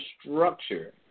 structure